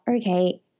okay